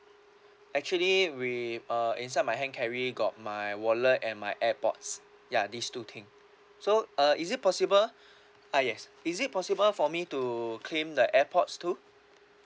actually we uh inside my hand carry got my wallet and my airpods ya these two thing so uh is it possible ah yes is it possible for me to claim the airpods too